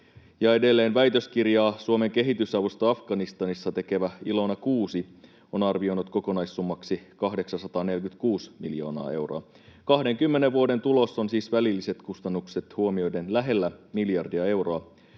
edelleen väitöskirjaa Suomen kehitysavusta Afganistanissa tekevä Ilona Kuusi on arvioinut kokonaissummaksi 846 miljoonaa euroa. 20 vuoden tulos on siis välilliset kustannukset huomioiden lähellä miljardia euroa.